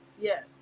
Yes